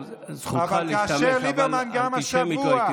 אבל כאשר ליברמן, גם השבוע,